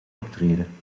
optreden